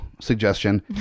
suggestion